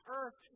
earth